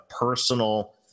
personal